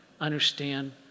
understand